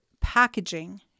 packaging